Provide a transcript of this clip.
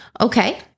Okay